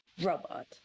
robot